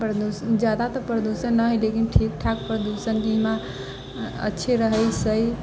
प्रदूषण ज्यादा तऽ प्रदूषण न हइ लेकिन ठीक ठाक प्रदूषण जाहिमे अच्छे रहैसँ